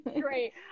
Great